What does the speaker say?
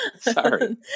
Sorry